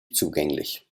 zugänglich